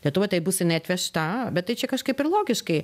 lietuvoj tai bus jinai atvežta bet tai čia kažkaip ir logiškai